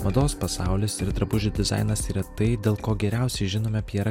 mados pasaulis ir drabužių dizainas retai dėl ko geriausiai žinome pjerą